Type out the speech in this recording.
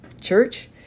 church